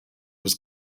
was